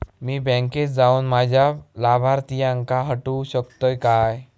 मी बँकेत जाऊन माझ्या लाभारतीयांका हटवू शकतय काय?